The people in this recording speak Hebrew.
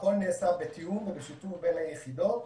הכול נעשה בתיאום ובשיתוף בין היחידות.